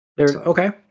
okay